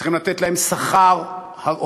צריכים לתת להם שכר הוגן.